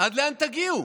עד לאן תגיעו?